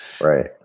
right